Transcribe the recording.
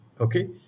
Okay